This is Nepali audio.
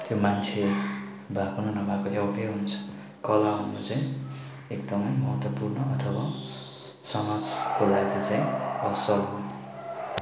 त्यो मान्छे भएको र नभएको एउटै हुन्छ कला हुनु चाहिँ एकदमै महत्त्वपूर्ण अथवा समाजको लागि चाहिँ असल हो